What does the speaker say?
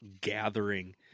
gathering